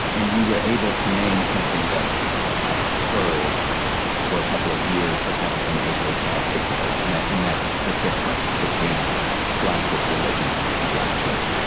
and you were able to name something that i've heard for a couple of years but haven't been able to articulate, and and that's the difference between black folk religion and black church.